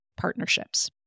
partnerships